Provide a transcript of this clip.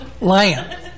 lion